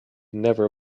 never